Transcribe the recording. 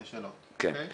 אין שאלות, אוקיי.